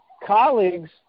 colleagues